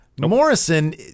Morrison